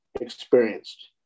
experienced